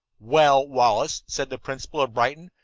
well, wallace, said the principal of brighton,